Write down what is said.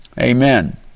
Amen